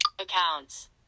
accounts